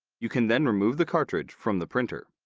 you can then remove the cartridge from the printer.